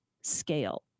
scale